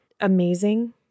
amazing